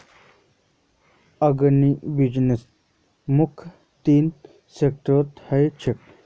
अग्रीबिज़नेसत मुख्य तीन सेक्टर ह छे